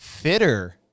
fitter